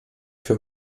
für